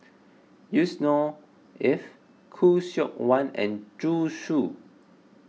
Yusnor Ef Khoo Seok Wan and Zhu Xu